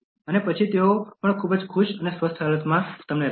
અને પછી તેઓ પણ ખૂબ જ ખુશ અને સ્વસ્થ હાલતમાં તમે રાખશે